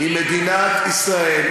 היא מדינת ישראל,